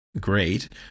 Great